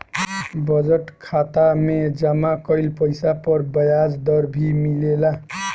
budget खाता में जमा कइल पइसा पर ब्याज दर भी मिलेला